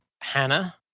hannah